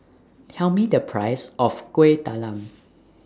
Tell Me The Price of Kuih Talam